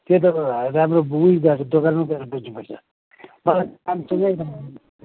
त्यो त अब राम्रो उहीँ गएर दोकानमै गएर बुझ्नुपर्छ मलाई स्यामसङै